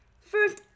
first